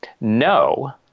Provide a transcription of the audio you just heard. no